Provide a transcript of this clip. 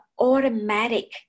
automatic